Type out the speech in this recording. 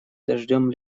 дождем